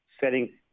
setting